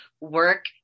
work